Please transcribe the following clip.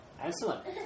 excellent